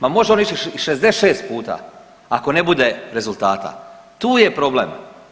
Ma može on ići i 66 puta, ako ne bude rezultata tu je problem.